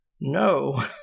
No